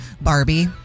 Barbie